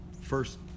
first